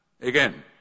again